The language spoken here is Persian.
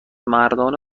مردان